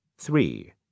three